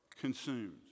consumed